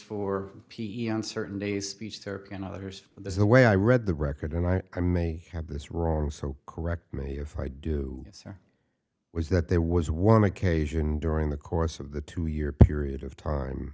for p e i on certain days speech therapy and others there's a way i read the record and i may have this wrong so correct me if i do or was that there was one occasion during the course of the two year period of time